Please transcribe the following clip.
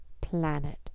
planet